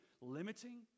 limiting